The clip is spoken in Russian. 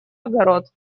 огород